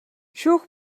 шүүх